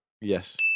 Yes